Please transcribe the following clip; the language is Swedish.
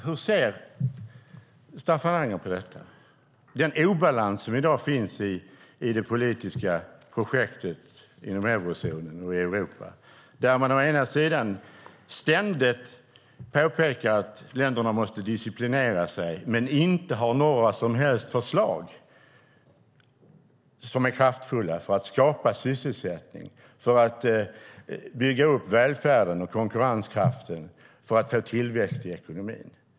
Hur ser Staffan Anger på den obalans som finns i det politiska projektet inom eurozonen och Europa där man ständigt påpekar att länderna måste disciplinera sig men inte har några som helst kraftfulla förslag för att skapa sysselsättning och bygga upp välfärden och konkurrenskraften för att få tillväxt i ekonomin?